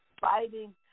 Fighting